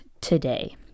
today